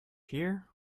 here